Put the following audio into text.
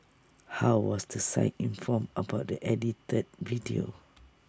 how was the site informed about the edited video